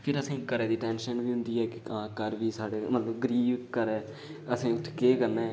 फ्ही असेंगी घरा दी टैंशन बी होंदी ऐ घर बी साढ़े गरीब घर ऐ असें उत्थै केह् करना ऐ